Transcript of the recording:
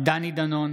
דני דנון,